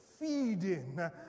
feeding